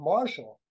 Marshall